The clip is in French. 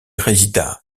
résida